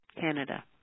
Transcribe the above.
Canada